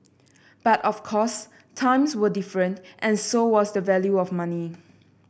but of course times were different and so was the value of money